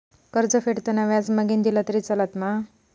कर्ज फेडताना व्याज मगेन दिला तरी चलात मा?